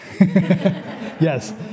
Yes